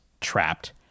trapped